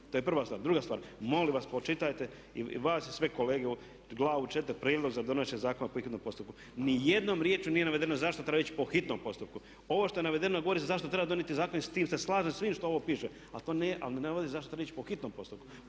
To je prva stvar. Druga stvar, molim vas, pročitajte i vas i sve kolege …/Govornik se ne razumije./… Prijedlog za donošenje zakona po hitnome postupku. Ni jednom riječju nije navedeno zašto treba ići po hitnom postupku. Ovo što je navedeno govori zašto treba donijeti zakon i s tim se slažem svim što ovo piše ali ne navodi zašto treba ići po hitnom postupku.